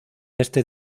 este